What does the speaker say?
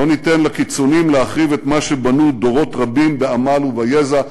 לא ניתן לקיצונים להחריב את מה שבנו דורות רבים בעמל וביזע.